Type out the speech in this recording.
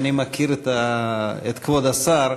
אני מכיר את כבוד השר,